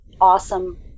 awesome